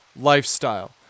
lifestyle